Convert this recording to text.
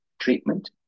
treatment